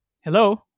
Hello